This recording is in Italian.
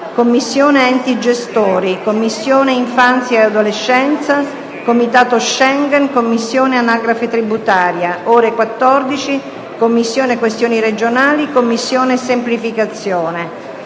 Commissione enti gestori; Commissione infanzia e adolescenza; Comitato Schengen; Commissione anagrafe tributaria. - ore 14 : Commissione questioni regionali; Commissione semplificazione.